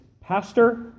pastor